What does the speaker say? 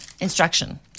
instruction